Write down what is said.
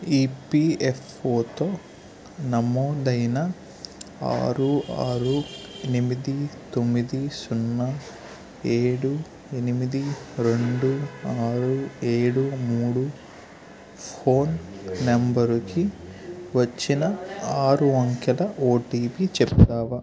ఈపీఎఫ్ఓతో నమోదైన ఆరు ఆరు ఎనిమిది తొమ్మిది సున్నా ఏడు ఎనిమిది రెండు ఆరు ఏడు మూడు ఫోన్ నంబర్కి వచ్చిన ఆరు అంకెల ఓటిపి చెబుతావా